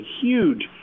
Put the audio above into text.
huge